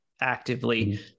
Actively